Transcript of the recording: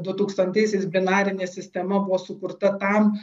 du tūkstantaisiais binarinė sistema buvo sukurta tam